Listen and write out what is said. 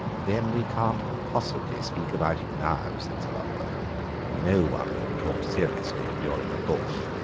then we can't possibly speak about it now, said sir lulworth no one could talk seriously during a borshch.